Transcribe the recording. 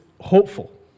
hopeful